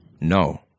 no